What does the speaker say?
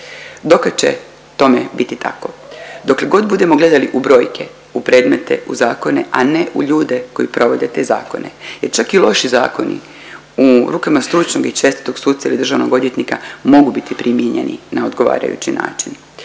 Dokad će tome biti tako? Dokle god budemo gledali u brojke, u predmete, u zakone, a ne u ljude koji provode te zakone jer čak i loši zakoni u rukama stručnog i čestitog suca ili državnog odvjetnika mogu biti primijenjeni na odgovarajući način,